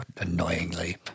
annoyingly